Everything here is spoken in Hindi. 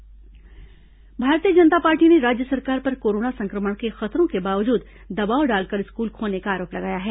भाजपा स्कूल परिचालन भारतीय जनता पार्टी ने राज्य सरकार पर कोरोना संक्रमण के खतरों के बावजूद दबाव डालकर स्कूल खोलने का आरोप लगाया है